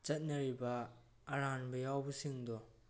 ꯆꯠꯅꯔꯤꯕ ꯑꯔꯥꯟꯕ ꯌꯥꯎꯕꯁꯤꯡꯗꯣ